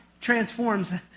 transforms